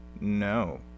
No